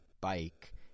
bike